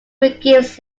forgives